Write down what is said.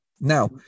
Now